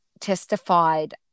testified